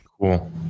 cool